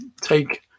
take